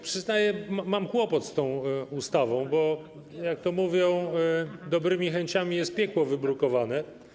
Przyznaję, mam kłopot z tą ustawą, bo jak to mówią, dobrymi chęciami jest piekło wybrukowane.